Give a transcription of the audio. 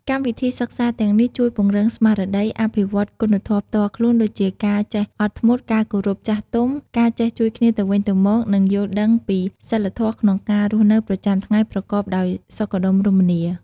កម្មវិធីសិក្សាទាំងនេះជួយ ពង្រឹងស្មារតី អភិវឌ្ឍគុណធម៌ផ្ទាល់ខ្លួន ដូចជាការចេះអត់ធ្មត់ ការគោរពចាស់ទុំ ការចេះជួយគ្នាទៅវិញទៅមក និងយល់ដឹងពីសីលធម៌ក្នុងការរស់នៅប្រចាំថ្ងៃប្រកបដោយសុខដុមរមនា។